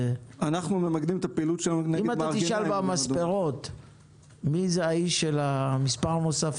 אם תשאל במספרות מי האיש של המספר הנוסף,